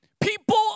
People